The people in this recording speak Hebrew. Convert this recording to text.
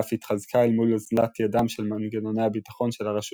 ואף התחזקה אל מול אוזלת ידם של מנגנוני הביטחון של הרשות